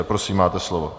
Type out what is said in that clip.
Prosím, máte slovo.